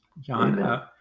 John